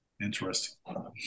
interesting